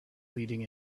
leading